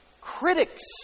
critics